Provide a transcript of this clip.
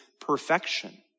perfection